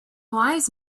wise